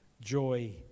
joy